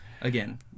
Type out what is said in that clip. again